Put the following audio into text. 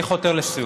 אני חותר לסיום.